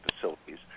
facilities